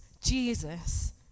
Jesus